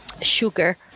sugar